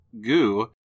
goo